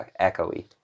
echoey